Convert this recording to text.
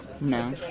no